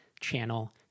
channel